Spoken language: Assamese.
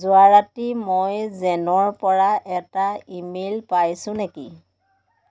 যোৱা ৰাতি মই জেনৰপৰা এটা ই মেইল পাইছোঁ নেকি